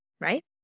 right